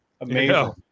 Amazing